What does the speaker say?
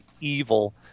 evil